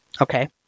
Okay